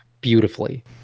beautifully